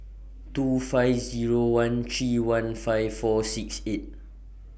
two five Zero one three one five four six eight